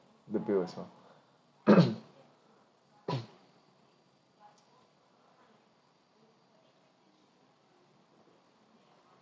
the meals as well